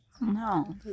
No